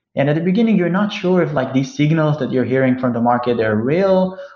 and at the beginning you're not sure of like these signals that you're hearing from the market they are real,